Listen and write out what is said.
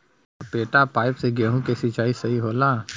लपेटा पाइप से गेहूँ के सिचाई सही होला?